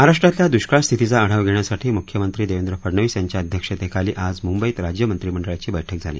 महाराष्ट्रातल्या दुष्काळ स्थितीचा आढावा घेण्यासाठी मुख्यमंत्री देवेंद्र फडणवीस यांच्या अध्यक्षतेखाली आज मुंबईत राज्य मंत्रिमंडळाची बैठक झाली